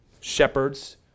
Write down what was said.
shepherds